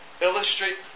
Illustrate